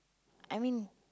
I mean